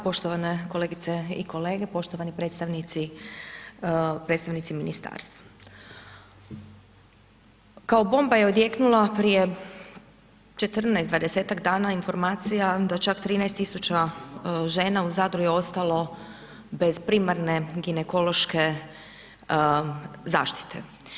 Poštovane kolegice i kolege, poštovani predstavnici ministarstva, kao bomba je odjeknula prije 14, 20-tak dana informacija da čak 13.000 žena u Zadru je ostalo bez primarne ginekološke zaštite.